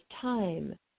time